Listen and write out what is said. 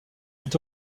est